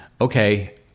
okay